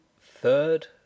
third